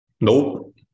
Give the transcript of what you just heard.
nope